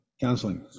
counseling